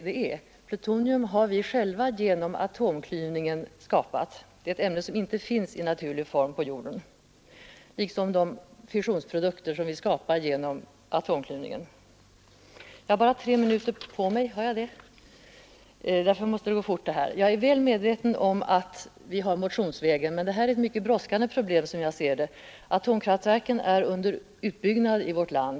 Vi har själva skapat det genom atomklyvning, det finns inte i naturlig form på jorden, liksom de fissionsprodukter vi skapar genom kärnklyvningen. Jag är väl medveten om att vi har möjligheten att väcka en motion. Jag ser detta som ett mycket brådskande problem eftersom Atomkraftverken är under utbyggnad i vårt land.